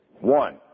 One